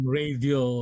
radio